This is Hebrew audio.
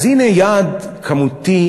אז הנה יעד כמותי,